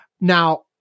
Now